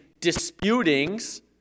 disputings